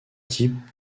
type